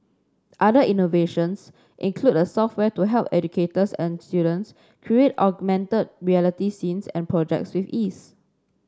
other innovations include a software to help educators and students create augmented reality scenes and projects with ease